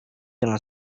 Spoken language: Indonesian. dengan